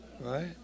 Right